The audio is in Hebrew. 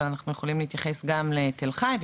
אבל אנחנו יכולים להתייחס גם לתל חי,